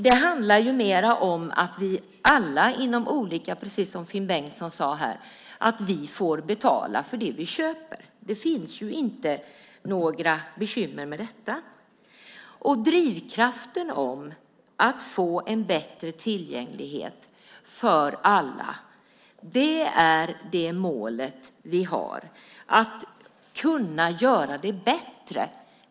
Det handlar om att vi alla, precis som Finn Bengtsson sade, får betala för det vi köper. Det finns inte några bekymmer med detta. Drivkraften att få en bättre tillgänglighet för alla är det mål vi har - att kunna göra det bättre.